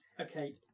okay